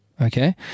Okay